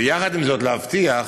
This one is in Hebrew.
ויחד עם זאת להבטיח